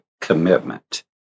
commitment